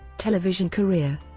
television career